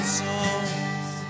songs